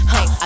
Hey